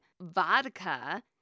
vodka